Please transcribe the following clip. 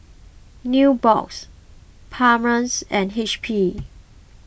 Nubox Palmer's and H P